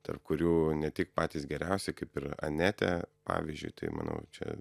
tarp kurių ne tik patys geriausi kaip ir anetė pavyzdžiui manau čia